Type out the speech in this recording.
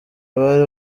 abari